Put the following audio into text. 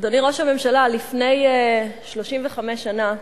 אדוני ראש הממשלה, לפני 35 שנה,